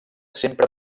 sempre